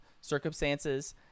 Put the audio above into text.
circumstances